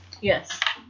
Yes